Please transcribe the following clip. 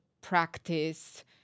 practice